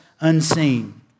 unseen